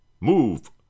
move